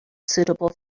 suitable